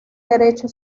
derecho